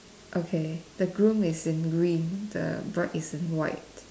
okay the groom is in green the bride is in white